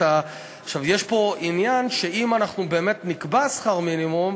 יש פה עניין שאם אנחנו נקבע שכר מינימום,